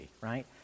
right